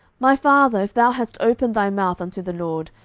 my father, if thou hast opened thy mouth unto the lord,